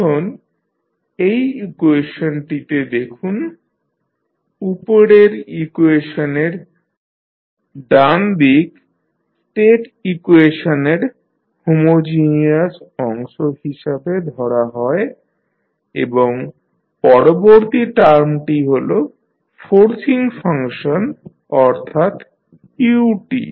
এখন এই ইকুয়েশনটিতে দেখুন উপরের ইকুয়েশনটির ডান দিক স্টেট ইকুয়েশনের হোমোজিনিয়াস অংশ হিসাবে ধরা হয় এবং পরবর্তী টার্মটি হল ফোর্সিং ফাংশন অর্থাৎ u